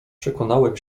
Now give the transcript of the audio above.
przekonałem